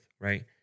Right